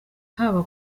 haba